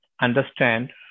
understand